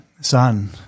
son